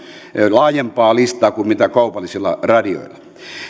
laajempaa listaa kuin kaupallisilla radioilla